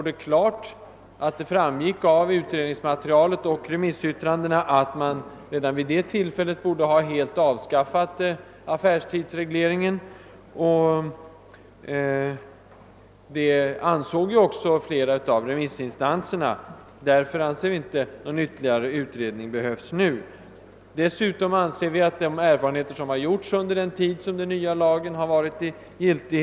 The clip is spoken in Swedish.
Vi anser att utredningsmaterialet redan då, liksom även remissyttrandena, visade att affärstidsregle ringen borde avskaffas. Flera remissinstanser delade den ståndpunkten. Härav följer att vi inte anser att någon ytterligare utredning i dagens läge är nödvändig. Vår uppfattning har styrkts av de erfarenheter som gjorts under den nya lagens giltighetstid.